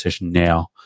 now